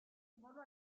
bolo